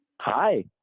Hi